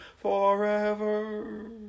forever